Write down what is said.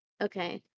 Okay